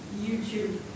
YouTube